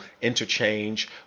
interchange